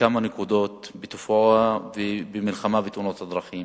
בוועדת הכלכלה הכנו הצעת חוק של הגדרת שיכור,